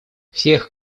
всех